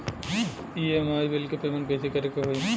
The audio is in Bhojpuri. ई.एम.आई बिल के पेमेंट कइसे करे के होई?